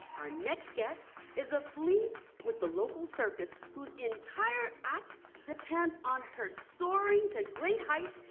our next guest is a flea with the local circus whose entire act depends on her soaring to great heights.